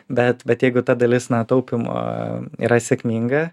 bet bet jeigu ta dalis na taupymo yra sėkminga